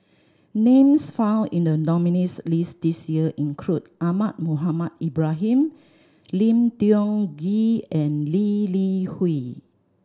names found in the nominees' list this year include Ahmad Mohamed Ibrahim Lim Tiong Ghee and Lee Li Hui